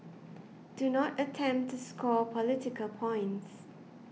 do not attempt to score political points